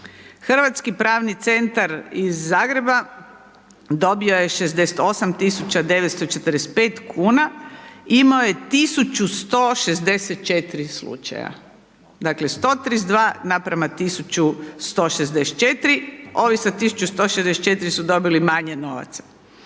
Hrvatski pravni centar iz Zagreba, dobio je 68 tisuća 945 kn i imao je 1164 slučaja. Dakle, 132 naprama 1164, ovi sa 1164 su dobili manje novaca.